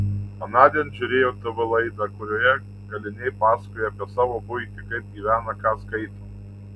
anądien žiūrėjau tv laidą kurioje kaliniai pasakojo apie savo buitį kaip gyvena ką skaito